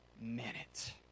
minute